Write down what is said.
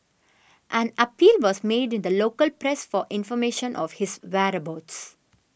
an appeal was made in the local press for information of his whereabouts